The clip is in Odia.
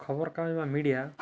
ଖବର କାଗଜ ବା ମିଡ଼ିଆ